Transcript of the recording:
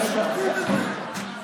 אחר כך בוועדה משפצים את זה.